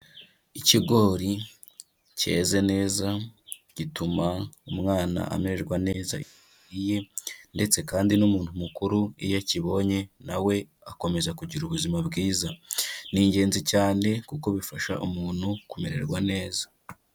Ikigori keze neza gituma umwana amererwa neza iyo akiriye ndetse kandi n'umuntu mukuru iyo akibonye na we akomeza kugira ubuzima bwiza. Ni ingenzi cyane kuko bifasha umuntu kumererwa neza.